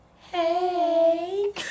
Hey